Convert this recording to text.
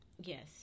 Yes